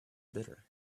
bitter